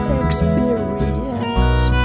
experience